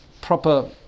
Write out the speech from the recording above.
proper